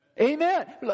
Amen